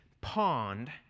pond